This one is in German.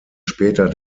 später